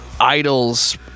idols